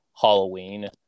Halloween